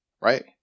right